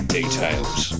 details